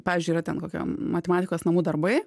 pavyzdžiui yra ten kokie matematikos namų darbai